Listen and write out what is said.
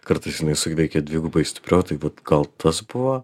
kartais jinai suveikia dvigubai stipriau taip vat gal tas buvo